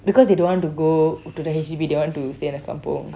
because they don't want to go to the H_D_B they want to stay at the kampung